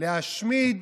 "להשמיד,